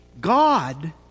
God